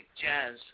jazz